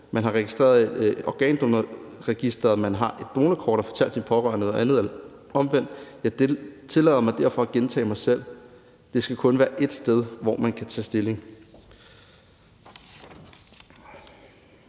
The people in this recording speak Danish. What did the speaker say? Man har registreret i Organdonorregisteret, at man har et donorkort, og har så fortalt sine pårørende noget andet eller omvendt. Jeg tillader mig derfor at gentage mig selv: Der skal kun være ét sted, hvor man kan tage stilling.